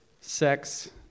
Sex